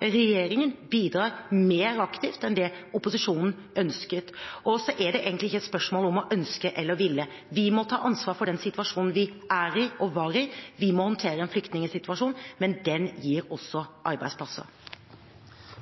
regjeringen bidrar mer aktivt enn det opposisjonen ønsket. Det er egentlig ikke et spørsmål om å ønske eller ville, vi må ta ansvar for den situasjonen vi er i og var i, vi må håndtere en flyktningsituasjon, men den gir også arbeidsplasser.